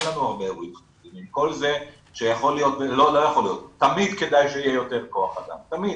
עם כל זה שתמיד כדאי שיהיה יותר כח אדם, תמיד.